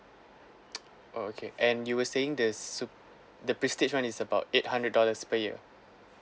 oh okay and you were saying the sup~ the prestige [one] is about eight hundred dollars per year